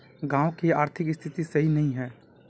गाँव की आर्थिक स्थिति सही नहीं है?